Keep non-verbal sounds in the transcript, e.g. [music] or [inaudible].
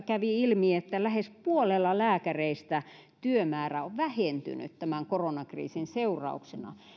[unintelligible] kävi ilmi että lähes puolella lääkäreistä työmäärä on vähentynyt tämän koronakriisin seurauksena